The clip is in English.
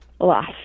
lost